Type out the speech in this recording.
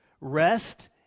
Rest